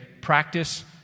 practice